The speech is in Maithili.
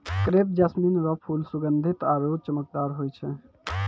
क्रेप जैस्मीन रो फूल सुगंधीत आरु चमकदार होय छै